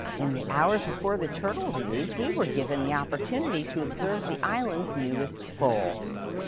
in the hours before the turtle release we were given the opportunity to observe the island's newest foal.